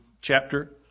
chapter